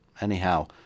anyhow